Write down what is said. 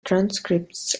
transcripts